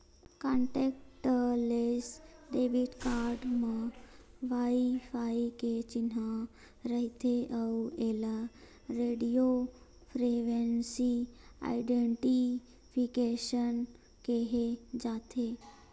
contactless debit card म wifi के चिन्हा रहिथे अउ एला रेडियो फ्रिवेंसी आइडेंटिफिकेसन केहे जाथे